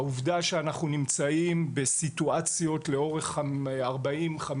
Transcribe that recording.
העובדה שאנחנו נמצאים בסיטואציות לאורך 40 50